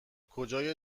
کجای